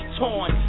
torn